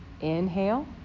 inhale